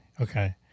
Okay